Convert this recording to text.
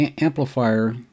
amplifier